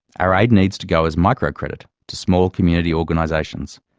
our aid needs to go as micro-credit to small community organisations,